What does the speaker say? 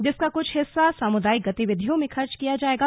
जिसका कुछ हिस्सा सामुदायिक गतिविधियों में खर्च किया जाएगा